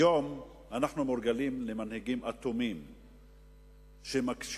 היום אנחנו מורגלים למנהיגים אטומים שמקשיבים,